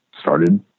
started